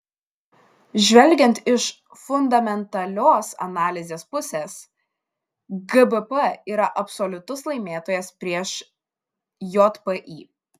žvelgiant iš fundamentalios analizės pusės gbp yra absoliutus laimėtojas prieš jpy